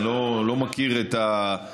אני לא מכיר את הפרטים.